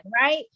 right